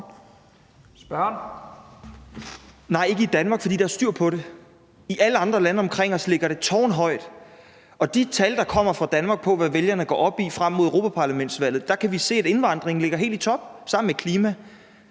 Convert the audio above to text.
det er det ikke Danmark, fordi der er styr på det. I alle andre lande omkring os ligger det tårnhøjt på listen. Og i de tal, der kommer fra Danmark, på, hvad vælgerne går op i frem mod europaparlamentsvalget, kan vi se, at indvandringen ligger helt i top sammen med klimaet.